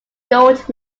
gold